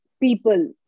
people